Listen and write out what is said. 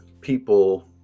people